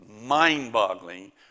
mind-boggling